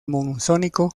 monzónico